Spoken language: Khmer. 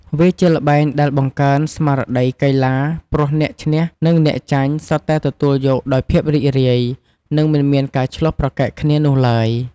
វាជាល្បែងដែលបង្កើន ស្មារតីកីឡា ព្រោះអ្នកឈ្នះនិងអ្នកចាញ់សុទ្ធតែទទួលយកដោយភាពរីករាយ និងមិនមានការឈ្លោះប្រកែកគ្នានោះឡើយ។